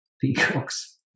peacocks